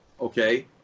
Okay